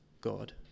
God